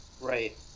Right